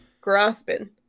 grasping